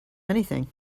anything